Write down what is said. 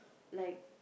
like